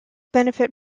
benefit